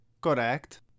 Correct